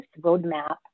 roadmap